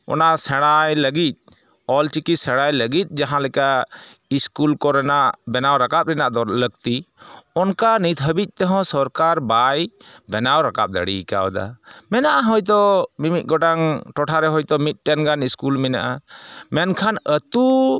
ᱚᱱᱟ ᱥᱮᱬᱟᱭ ᱞᱟᱹᱜᱤᱫ ᱚᱞᱪᱤᱠᱤ ᱥᱮᱬᱟᱭ ᱞᱟᱹᱜᱤᱫ ᱡᱟᱦᱟᱸᱞᱮᱠᱟ ᱤᱥᱠᱩᱞ ᱠᱚᱨᱮᱱᱟᱜ ᱵᱮᱱᱟᱣ ᱨᱟᱠᱟᱵ ᱠᱚ ᱨᱮᱱᱟᱜ ᱞᱟᱹᱠᱛᱤ ᱚᱱᱠᱟ ᱱᱤᱛ ᱦᱟᱺᱵᱤᱡ ᱛᱮᱦᱚᱸ ᱥᱚᱨᱠᱟᱨ ᱵᱟᱭ ᱵᱮᱱᱟᱣ ᱨᱟᱠᱟᱵ ᱫᱟᱲᱮᱭ ᱠᱟᱣᱫᱟ ᱢᱮᱱᱟᱜᱼᱟ ᱦᱳᱭᱛᱚ ᱢᱤᱢᱤᱫ ᱜᱚᱴᱟᱝ ᱴᱚᱴᱷᱟᱨᱮ ᱦᱳᱭᱛᱚ ᱢᱤᱫᱴᱮᱱ ᱜᱟᱱ ᱤᱥᱠᱩᱞ ᱢᱮᱱᱟᱜᱼᱟ ᱢᱮᱱᱠᱷᱟᱱ ᱟᱹᱛᱩ